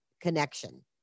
connection